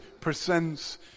presents